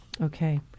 Okay